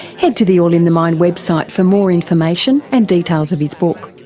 head to the all in the mind website for more information and details of his book.